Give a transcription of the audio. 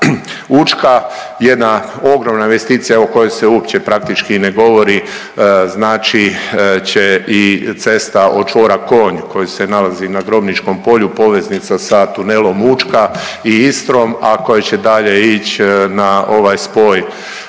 Učka. Jedna ogromna investicija o kojoj se uopće praktički i ne govori. Znači će i cesta od čvora Konj koji se nalazi na Grobničkom polju poveznica sa tunelom Učka i Istrom, a koja će dalje ići na ovaj spoj